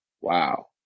wow